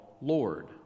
Lord